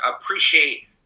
appreciate